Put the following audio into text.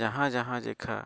ᱡᱟᱦᱟᱸᱼᱡᱟᱦᱟᱸ ᱡᱮᱠᱷᱟ